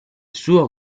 suo